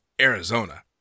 Arizona